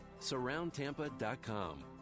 SurroundTampa.com